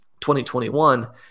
2021